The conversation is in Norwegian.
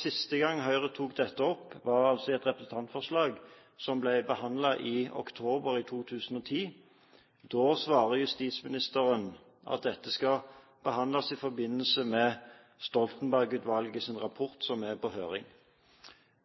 Siste gang Høyre tok dette opp, var i et representantforslag som ble behandlet i oktober 2010. Da svarte justisministeren at dette skulle behandles i forbindelse med Stoltenberg-utvalgets rapport, som var på høring.